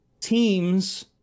teams